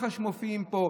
מח"ש מופיעים פה.